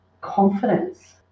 confidence